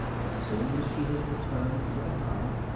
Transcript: as soon as she has returned to the hive,